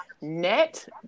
net